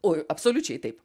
oi absoliučiai taip